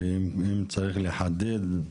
שאם צריך לחדד,